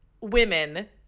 women